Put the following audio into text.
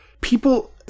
people